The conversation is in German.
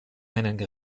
einen